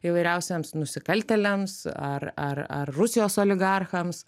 įvairiausiems nusikaltėliams ar ar ar rusijos oligarchams